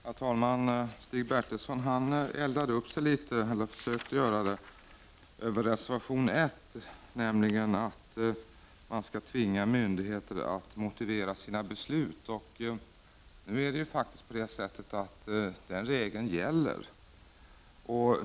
Herr talman! Stig Bertilsson försökte elda upp sig över reservation 1, som handlar om att man skall tvinga myndigheter att motivera sina beslut. Den regeln gäller faktiskt.